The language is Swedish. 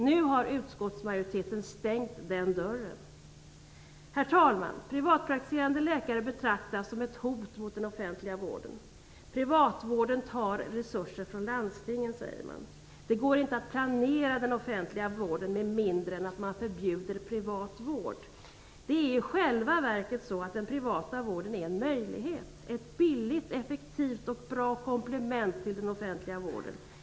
Nu har utskottsmajoriteten stängt den dörren. Herr talman! Privatpraktiserande läkare betraktas som ett hot mot den offentliga vården. Privatvården tar resurser från landstingen, säger man. Det går inte att planera den offentliga vården med mindre än att man förbjuder privat vård. Det är i själva verket så att den privata vården är en möjlighet och ett billigt, effektivt och bra komplement till den offentliga vården.